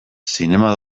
zinema